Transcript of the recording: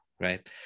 right